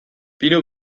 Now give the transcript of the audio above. pinu